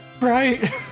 Right